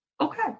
okay